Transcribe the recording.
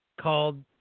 called